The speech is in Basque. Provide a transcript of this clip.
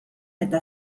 eta